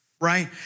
right